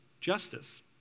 justice